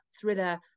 thriller